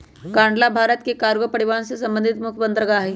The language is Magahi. कांडला भारत के कार्गो परिवहन से संबंधित मुख्य बंदरगाह हइ